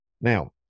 now